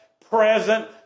present